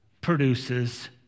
produces